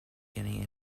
getting